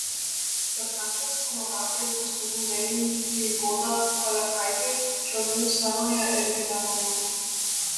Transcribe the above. spektaklio scenografė ir kostiumų dailininkė goda palekaitė šiaulių scenoje irgi ne naujokė